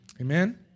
Amen